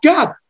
God